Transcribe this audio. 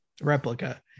replica